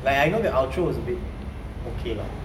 like I know the outro was a bit okay lah